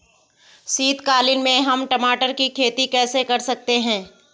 शीतकालीन में हम टमाटर की खेती कैसे कर सकते हैं?